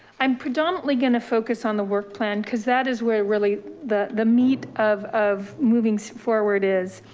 i'm predominantly gonna focus on the work plan cause that is where really the the meat of of moving so forward is.